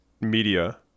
media